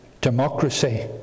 democracy